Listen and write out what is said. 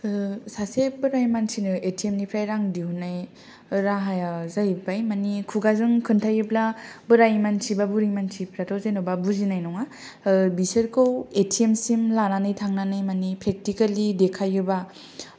सासे बोराय मानसिनो एथिएमनिफ्राय रां दिहुननाय राहाया जाहैबाय मानि खुगाजों खोन्थायोब्ला बोराय मानसि एबा बुरै मानसिफ्राथ' बुजिनाय नङा बिसोरखौ एथिएम सिम लानानै थांनानै मानि फ्रेकथिकेलि देखायोबा